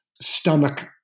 stomach